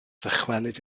ddychwelyd